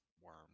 worm